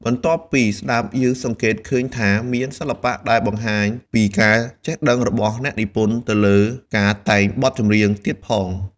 បន្ទាប់ពីស្តាប់យើងសង្កេតឃើញថាមានសិល្បៈដែលបង្ហាញពីការចេះដឹងរបស់អ្នកនិពន្ធទៅលើការតែងបទចម្រៀងទៀតផង។